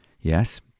Yes